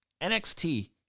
NXT